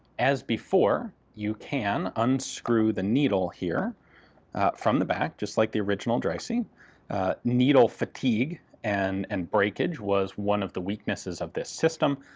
as before, you can unscrew the needle here from the back, just like the original dreyse. i mean needle fatigue and and breakage was one of the weaknesses of this system,